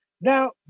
Now